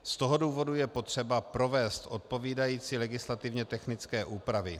Z toho důvodu je potřeba provést odpovídající legislativně technické úpravy.